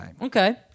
Okay